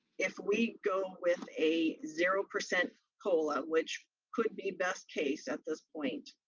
if we go with a zero percent cola, which could be best-case at this point,